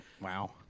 Wow